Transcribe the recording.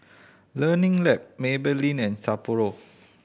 Learning Lab Maybelline and Sapporo